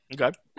Okay